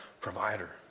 provider